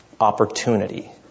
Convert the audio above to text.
opportunity